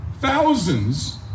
thousands